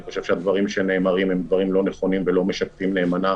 אני חושב שהדברים שנאמרים הם דברים לא נכונים ולא משקפים נאמנה,